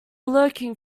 lurking